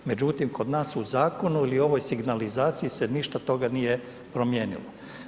Međutim, kod nas u zakonu ili ovoj signalizaciji se ništa od toga nije promijenilo.